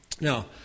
Now